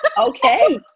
Okay